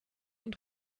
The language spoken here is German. und